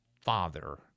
father